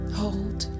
hold